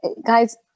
Guys